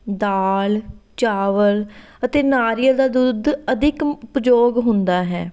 ਦਾਲ ਚਾਵਲ ਅਤੇ ਨਾਰੀਅਲ ਦਾ ਦੁੱਧ ਅਧਿਕ ਪ੍ਰਯੋਗ ਹੁੰਦਾ ਹੈ